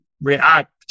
react